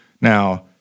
Now